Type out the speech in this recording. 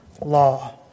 law